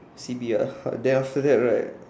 C B ah then after that right